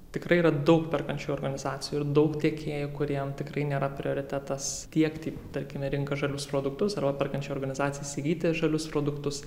tikrai yra daug perkančiųjų organizacijų ir daug tiekėjų kuriem tikrai nėra prioritetas tiekti tarkime į rinką žalius produktus arba perkančiajai organizacijai įsigyti žalius produktus